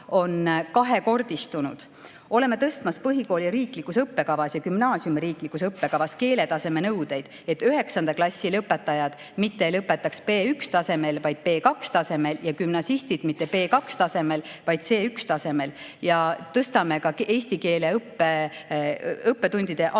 on kahekordistunud. Oleme tõstmas põhikooli riiklikus õppekavas ja gümnaasiumi riiklikus õppekavas keeletaseme nõudeid, et üheksanda klassi lõpetajad mitte ei lõpetaks B1‑tasemel, vaid B2‑tasemel ja gümnasistid mitte B2‑tasemel, vaid C1‑ tasemel. Suurendame ka eesti keele õppetundide arvu